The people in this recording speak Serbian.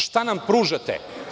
Šta nam pružate?